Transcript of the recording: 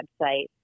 website